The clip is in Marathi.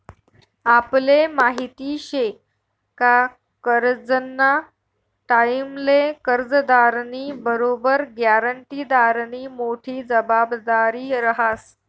आपले माहिती शे का करजंना टाईमले कर्जदारनी बरोबर ग्यारंटीदारनी मोठी जबाबदारी रहास